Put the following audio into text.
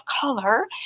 color